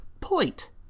Point